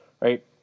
right